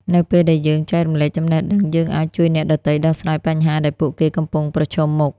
នៅពេលដែលយើងចែករំលែកចំណេះដឹង យើងអាចជួយអ្នកដទៃដោះស្រាយបញ្ហាដែលពួកគេកំពុងប្រឈមមុខ។